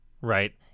right